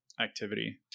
activity